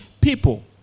people